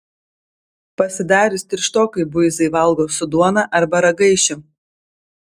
pasidarius tirštokai buizai valgo su duona arba ragaišiu